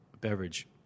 beverage